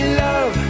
love